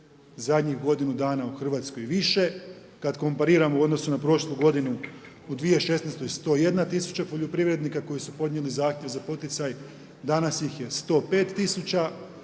zadnjih godinu dana u Hrvatskoj više, kada kompariramo u odnosu na prošlu godinu u 2016. 101 tisuća poljoprivrednika koji su podnijeli zahtjev za poticaj, danas ih je 105